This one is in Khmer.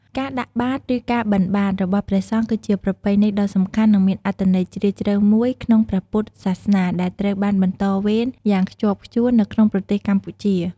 ការដាក់បាត ឬ ការបិណ្ឌបាត របស់ព្រះសង្ឃ គឺជាប្រពៃណីដ៏សំខាន់ និងមានអត្ថន័យជ្រាលជ្រៅមួយក្នុងព្រះពុទ្ធសាសនា ដែលត្រូវបានបន្តវេនយ៉ាងខ្ជាប់ខ្ជួននៅក្នុងប្រទេសកម្ពុជា។